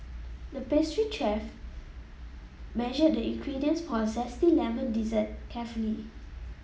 the pastry chef measured the ingredients for a zesty lemon dessert carefully